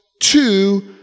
two